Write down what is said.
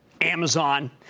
Amazon